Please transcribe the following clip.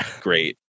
great